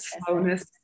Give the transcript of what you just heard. slowness